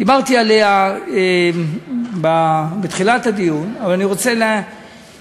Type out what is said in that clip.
דיברתי עליה בתחילת הדיון, אבל אני רוצה לפרט,